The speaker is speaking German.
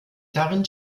darin